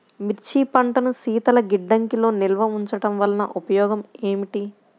మిర్చి పంటను శీతల గిడ్డంగిలో నిల్వ ఉంచటం వలన ఉపయోగం ఏమిటి?